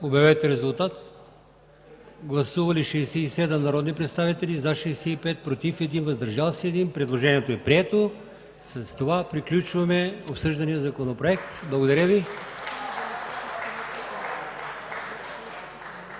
Моля, гласувайте. Гласували 67 народни представители: за 65, против 1, въздържал се 1. Предложението е прието. С това приключваме обсъждания законопроект. Благодаря Ви.